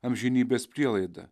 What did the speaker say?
amžinybės prielaida